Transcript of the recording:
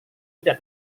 tidak